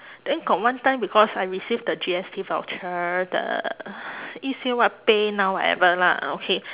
then got one time because I receive the G_S_T voucher the it say what paynow whatever lah okay